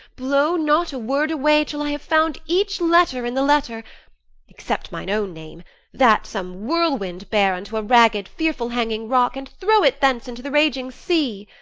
blow not a word away till i have found each letter in the letter except mine own name that some whirlwind bear unto a ragged, fearful, hanging rock, and throw it thence into the raging sea.